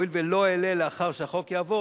הואיל ולא אעלה לאחר שהחוק יעבור,